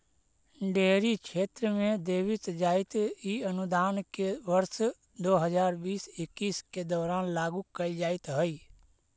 dairy क्षेत्र में देवित जाइत इ अनुदान के वर्ष दो हज़ार बीस इक्कीस के दौरान लागू कैल जाइत हइ